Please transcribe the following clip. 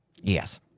Yes